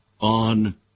on